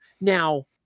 Now